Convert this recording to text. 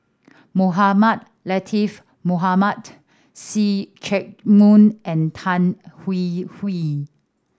Mohamed Latiff Mohamed See Chak Mun and Tan Hwee Hwee